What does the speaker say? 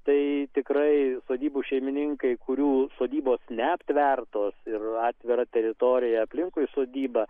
tai tikrai sodybų šeimininkai kurių sodybos neaptvertos ir atvira teritorija aplinkui sodybą